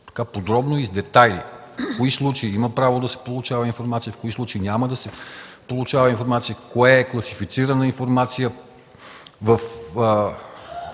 подробно и в детайли: в кои случаи има право да се получава информация, в кои случаи няма да се получава информация, кое е класифицирана информация –